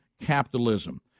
capitalism